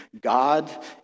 God